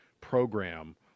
program